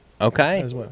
Okay